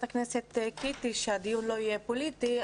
הכנסת שטרית בקשה שהדיון לא יהיה פוליטי,